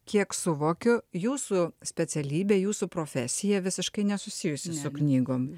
kiek suvokiu jūsų specialybę jūsų profesija visiškai nesusijusi su knygom